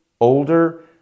older